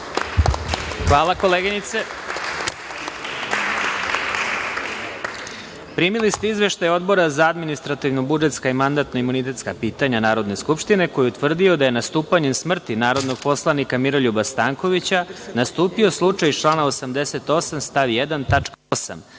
Hvala, koleginice. Primili ste Izveštaj Odbora za administrativno-budžetska i mandatno-imunitetska pitanja Narodne skupštine, koji je utvrdio da je nastupanjem smrti narodnog poslanika Miroljuba Stankovića nastupio slučaj iz člana 88. stav 1.